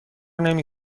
نمی